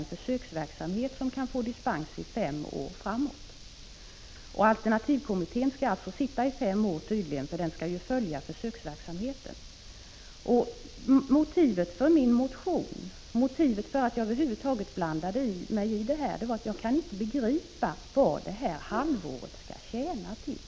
En försöksverksamhet kan alltså få dispens i fem år framåt. Alternativmedicinkommittén skall alltså tydligen sitta i fem år, för den skall ju följa försöksverksamheten. Motivet till min motion och till att jag över huvud taget blandade mig i det här är att jag inte kan begripa vad det här halvåret skall tjäna till.